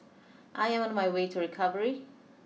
I am on my way to recovery